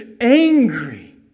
angry